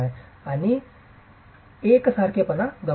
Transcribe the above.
असणे आणि एकसारखेपणा गमावला आहे